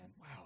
Wow